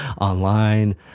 online